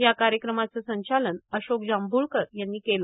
या कार्यक्रमाचं संचालन अशोक जांभूळकर यांनी केलं